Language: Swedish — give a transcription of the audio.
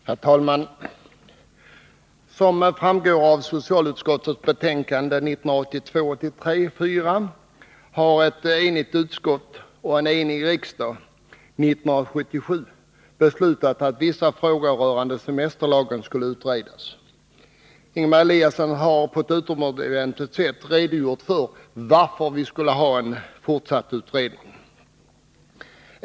Herr talman! Som framgår av socialutskottets betänkande 1982/83:4 har ett enigt utskott och en enig riksdag 1977 beslutat att vissa frågor rörande semesterlagen skulle utredas. Ingemar Eliasson har på ett utomordentligt sätt redogjort för varför vi skulle ha en fortsatt utredning.